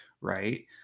right